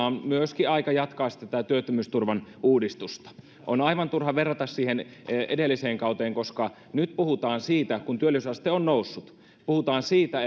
on myöskin aika jatkaa tätä työttömyysturvan uudistusta on aivan turha verrata siihen edelliseen kauteen koska nyt kun työllisyysaste on noussut puhutaan siitä